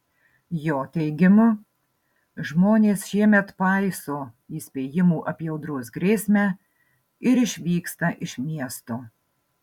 jo teigimu žmonės šiemet paiso įspėjimų apie audros grėsmę ir išvyksta iš miesto